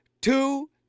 two